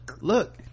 look